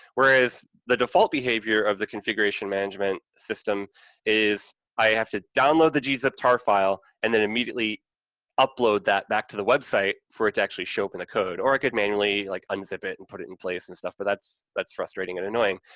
whereas the default behavior of the configuration management system is i have to download the g zipped tar file and then immediately upload that back to the website for it to actually show up in the code, or i could manually, like, unzip it and put it in place and stuff, but that's that's frustrating and annoying.